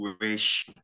wish